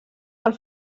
pel